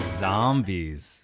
zombies